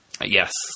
Yes